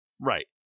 Right